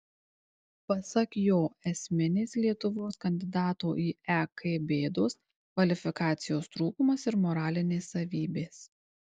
pasak jo esminės lietuvos kandidato į ek bėdos kvalifikacijos trūkumas ir moralinės savybės